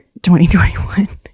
2021